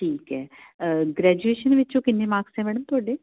ਠੀਕ ਹੈ ਗਰੈਜੂਏਸ਼ਨ ਵਿੱਚੋਂ ਕਿੰਨੇ ਮਾਰਕਸ ਨੇ ਮੈਡਮ ਤੁਹਾਡੇ